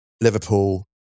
Liverpool